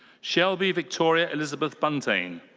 shelby victoria elizabeth buntain.